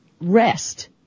rest